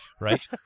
right